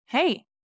Hey